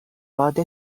باد